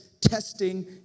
testing